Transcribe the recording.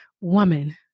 woman